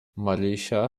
marysia